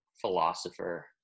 philosopher